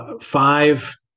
five